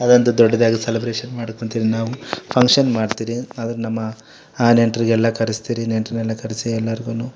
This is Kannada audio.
ಅದೊಂದು ದೊಡ್ಡದಾಗಿ ಸೆಲೆಬ್ರೇಷನ್ ಮಾಡ್ಕೊಂತಿರಿ ನಾವು ಫಂಕ್ಷನ್ ಮಾಡ್ತೀರಿ ಅದ್ರ ನಮ್ಮ ಆ ನೆಂಟರಿಗೆಲ್ಲ ಕರೆಸ್ತೀರಿ ನೆಂಟರನ್ನೆಲ್ಲ ಕರೆಸಿ ಎಲ್ರಿಗೂ